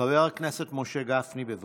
חבר הכנסת משה גפני, בבקשה.